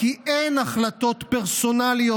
כי אין החלטות פרסונליות.